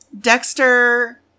Dexter